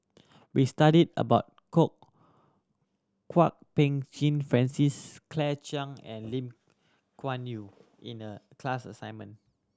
we studied about Kwok Peng Kin Francis Claire Chiang and Lim Kuan Yew in the class assignment